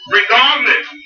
regardless